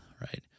Right